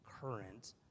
current